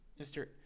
Mr